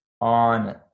on